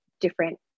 different